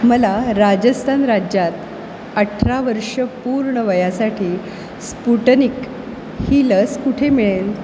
मला राजस्थान राज्यात अठरा वर्ष पूर्ण वयासाठी स्पुटनिक ही लस कुठे मिळेल